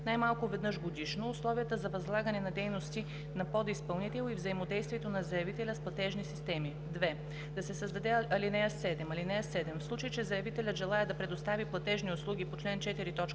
най-малко веднъж годишно, условията за възлагане на дейности на подизпълнител и взаимодействието на заявителя с платежни системи;“ 2. Да се създаде ал. 7: „(7) В случай че заявителят желае да предоставя платежни услуги по чл. 4,